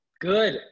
good